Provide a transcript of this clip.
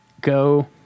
go